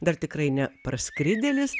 dar tikrai neparskridėlis